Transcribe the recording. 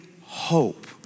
hope